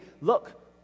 look